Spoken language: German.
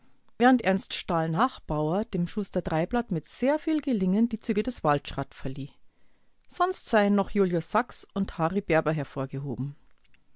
während ernst stahl-nachbaur dem schuster dreiblatt mit sehr viel gelingen die züge des waldschratt verlieh sonst seien noch julius sachs und harry berber hervorgehoben